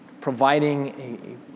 providing